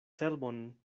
cerbon